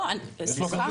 לא, סליחה.